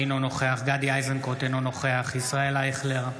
אינו נוכח גדי איזנקוט, אינו נוכח ישראל אייכלר,